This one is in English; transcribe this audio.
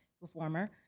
performer